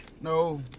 No